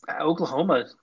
Oklahoma